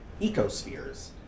ecospheres